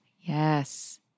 Yes